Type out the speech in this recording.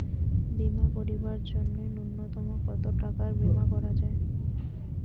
বীমা করিবার জন্য নূন্যতম কতো টাকার বীমা করা যায়?